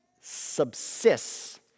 subsists